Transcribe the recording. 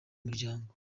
umuryango